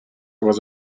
was